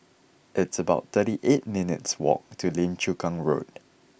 it's about thirty eight minutes' walk to Lim Chu Kang Road